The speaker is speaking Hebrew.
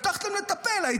הבטחתם לטפל בהם.